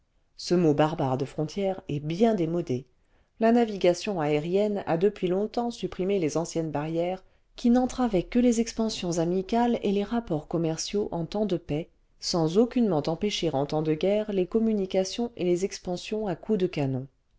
ce mot barbare de frontière est bien démodé la navigation aérienne a depuis longtemps supprimé les anciennes barrières qui n'entravaient que les expansions amicales et les rapports commerciaux en temps de paix sans aucunement empêcher en temps de guerre les communications et les expansions à coups de canon